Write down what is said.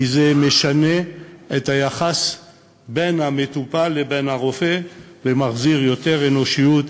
כי זה משנה את היחס בין המטופל לבין הרופא ומחזיר יותר אנושיות,